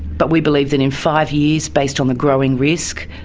but we believe that in five years, based on the growing risk,